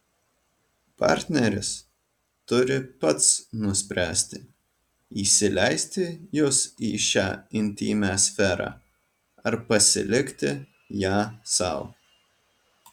partneris turi pats nuspręsti įsileisti jus į šią intymią sferą ar pasilikti ją sau